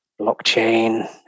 blockchain